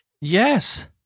Yes